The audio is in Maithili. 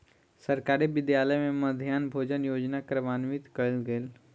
सरकारी विद्यालय में मध्याह्न भोजन योजना कार्यान्वित कयल गेल